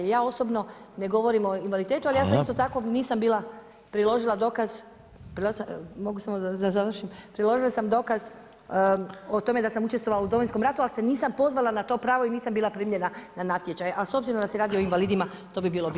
Ja osobno ne govorim o invaliditetu, [[Upadica predsjednik:Hvala.]] ali ja se isto tako nisam bila priložila dokaz, mogu samo da završim, priložila sam dokaz o tome da sam učestvova u Domovinskom ratu, ali se nisam pozvala na to pravo i nisam bila primljena na natječaj, a s obzirom da se radi o invalidima, to bi bilo bitno.